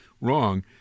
wrong